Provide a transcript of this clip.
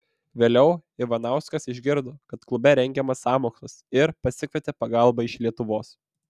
vėliau ivanauskas išgirdo kad klube rengiamas sąmokslas ir pasikvietė pagalbą iš lietuvos